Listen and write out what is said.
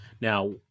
Now